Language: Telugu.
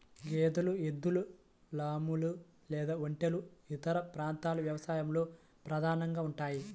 గేదెలు, ఎద్దులు, లామాలు లేదా ఒంటెలు ఇతర ప్రాంతాల వ్యవసాయంలో ప్రధానంగా ఉంటాయి